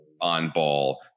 on-ball